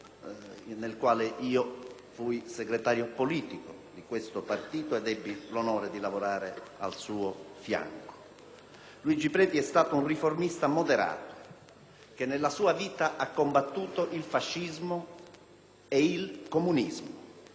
in cui io fui segretario politico di tale partito ed ebbi l'onore di lavorare al suo fianco. Luigi Preti è stato un riformista moderato, che nella sua vita ha combattuto il fascismo ed il comunismo,